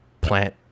plant